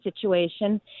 situation